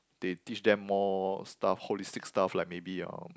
they teach them more stuff holistic stuff like maybe um